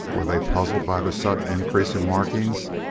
were they puzzled by the sudden increase in markings?